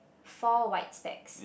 four white stacks